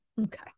okay